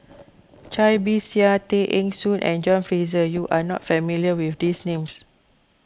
Cai Bixia Tay Eng Soon and John Fraser you are not familiar with these names